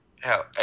Hell